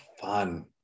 fun